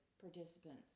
participants